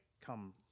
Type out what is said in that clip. come